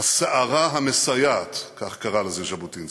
"הסערה המסייעת", כך קרא לזה ז'בוטינסקי.